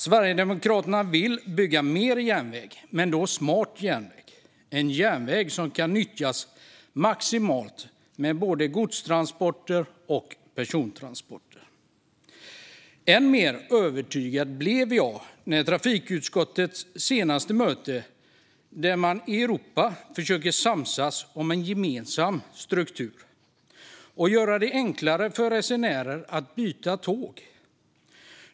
Sverigedemokraterna vill bygga mer järnväg, men då smart järnväg - en järnväg som kan nyttjas maximalt, med både godstransporter och persontransporter. Än mer övertygad blev jag när vi på trafikutskottets senaste möte talade om att man i Europa försöker samsas om en gemensam struktur och göra det enklare för resenärer att byta tåg.